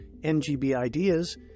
NGBideas